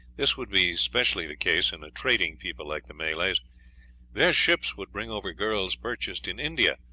this would be specially the case in a trading people like the malays their ships would bring over girls purchased in india,